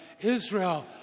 Israel